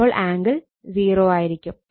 അപ്പോൾ ആംഗിൾ 0 ആയിരിക്കും